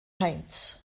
heinz